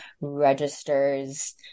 registers